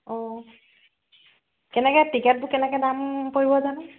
অঁ কেনেকৈ টিকেটবোৰ কেনেকৈ দাম পৰিব জানো